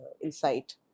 insight